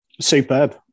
Superb